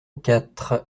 quatre